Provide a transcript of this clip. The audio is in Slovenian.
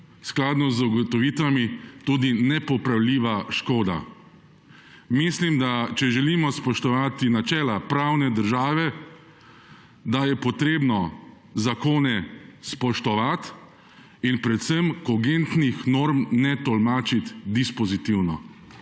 skladno z ugotovitvami, tudi nepopravljiva škoda. Če želimo spoštovati načela pravne države, je treba zakone spoštovati in predvsem kogentnih norm ne tolmačiti dispozitivno.